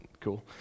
cool